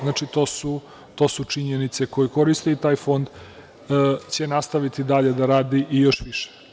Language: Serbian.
Znači, to su činjenice koje koriste i taj fond će nastaviti dalje da radi i još više.